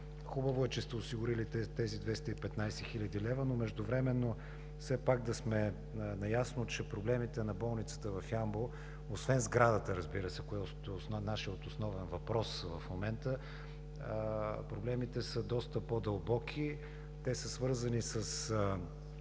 Хубаво е, че сте осигурили тези 215 хил. лв., но междувременно все пак да сме наясно, че проблемите на болницата в Ямбол, освен сградата, разбира се – нашият основен въпрос, в момента проблемите са доста по-дълбоки. Те са свързани с